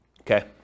Okay